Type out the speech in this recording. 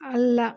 ಅಲ್ಲ